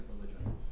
religion